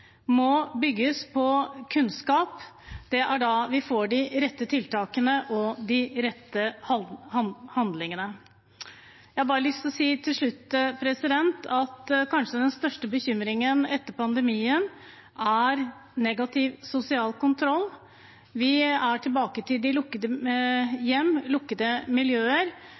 må bygges på kunnskap. Det er da vi får de rette tiltakene og de rette handlingene. Til slutt har jeg bare lyst til å si at kanskje den største bekymringen etter pandemien er negativ sosial kontroll. Vi er tilbake til de lukkede hjem, lukkede miljøer,